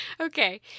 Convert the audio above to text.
Okay